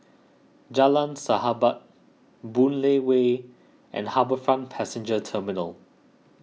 Jalan Sahabat Boon Lay Way and HarbourFront Passenger Terminal